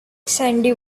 cyndi